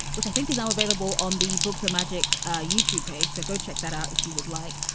which i think is now available on the books of magic ah youtube page. so go check that out, if you would like.